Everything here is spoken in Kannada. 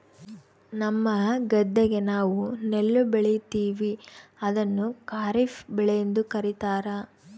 ನಮ್ಮ ಗದ್ದೆಗ ನಾವು ನೆಲ್ಲು ಬೆಳೀತೀವಿ, ಅದನ್ನು ಖಾರಿಫ್ ಬೆಳೆಯೆಂದು ಕರಿತಾರಾ